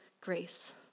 grace